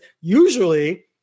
usually